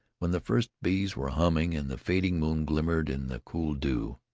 when the first bees were humming and the fading moon glimmered in the cool dew,